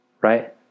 Right